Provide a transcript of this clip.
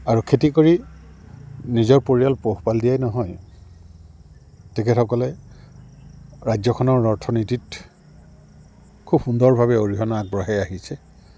আৰু খেতি কৰি নিজৰ পৰিয়াল পোহপাল দিয়াই নহয় তেখেতসকলে ৰাজ্যখনৰ অৰ্থনীতিত খুব সুন্দৰভাৱে অৰিহণা আগবঢ়াই আহিছে